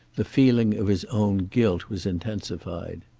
the feeling of his own guilt was intensified.